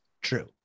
True